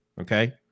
okay